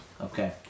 Okay